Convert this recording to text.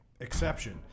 exception